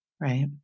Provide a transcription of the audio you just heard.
right